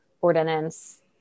ordinance